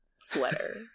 sweater